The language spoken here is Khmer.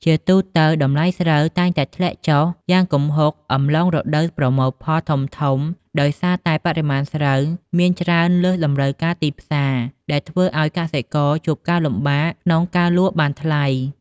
ជាទូទៅ តម្លៃស្រូវតែងតែធ្លាក់ចុះយ៉ាងគំហុកនៅអំឡុងរដូវប្រមូលផលធំៗ ដោយសារតែបរិមាណស្រូវមានច្រើនលើសតម្រូវការទីផ្សារ ដែលធ្វើឲ្យកសិករជួបការលំបាកក្នុងការលក់បានថ្លៃ។